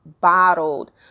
bottled